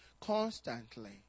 constantly